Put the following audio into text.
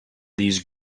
these